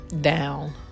down